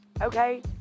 Okay